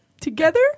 Together